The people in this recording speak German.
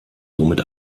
somit